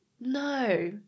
No